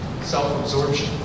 Self-absorption